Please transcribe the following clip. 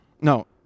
No